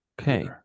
Okay